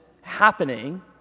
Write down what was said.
happening